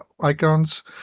Icons